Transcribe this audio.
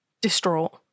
distraught